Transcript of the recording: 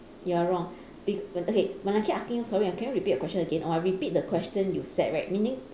you're wrong be okay when I keep asking you sorry can you repeat your question again or I repeat the question you set right meaning